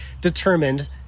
determined